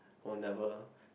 oh never